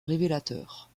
révélateur